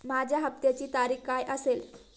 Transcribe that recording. माझ्या हप्त्याची तारीख काय असेल?